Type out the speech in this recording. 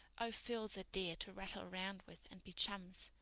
oh, phil's a dear to rattle round with and be chums.